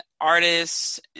artists